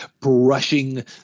brushing